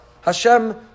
Hashem